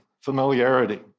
familiarity